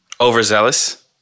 overzealous